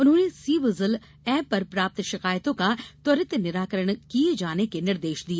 उन्होंने C vigil पर प्राप्त शिकायतों का त्वरित निराकरण किए जाने के निर्देश भी दिए